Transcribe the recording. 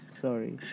Sorry